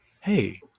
hey